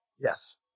Yes